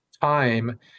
time